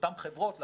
לאותן חברות,